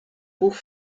buch